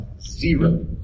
Zero